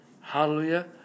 Hallelujah